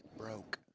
broke.